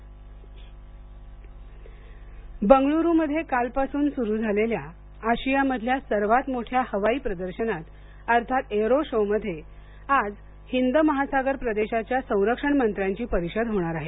भारत संरक्षण बंगळूरूमध्ये कालपासून सुरू झालेल्या आशियामधल्या सर्वात मोठ्या हवाई प्रदर्शनात अर्थात एअरो शोमध्ये आज हिंद महासागर प्रदेशाच्या संरक्षण मंत्र्याची परिषद होणार आहे